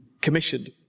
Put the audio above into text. commissioned